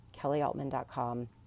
kellyaltman.com